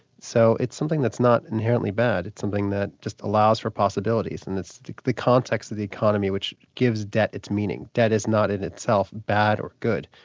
so it's something that's not inherently bad, it's something that just allows for possibilities, and it's the context of the economy which gives debt its meaning. debt is not in itself bad or good.